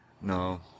No